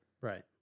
Right